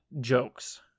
jokes